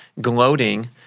gloating